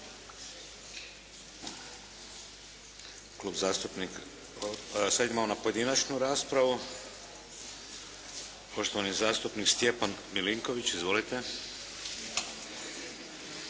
Hvala. Sada idemo na pojedinačnu raspravu. Poštovani zastupnik Stjepan Milinković. Izvolite.